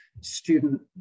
student